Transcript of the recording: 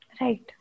Right